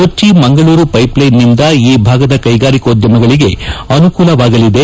ಕೊಚ್ಚಿ ಮಂಗಳೂರು ಪೈಪ್ಲೈನ್ನಿಂದ ಈ ಭಾಗದ ಕೈಗಾರಿಕೋದ್ಯಮಗಳಗೆ ಅನುಕೂಲವಾಗಲಿದೆ